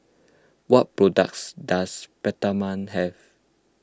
what products does Peptamen have